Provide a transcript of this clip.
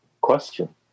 question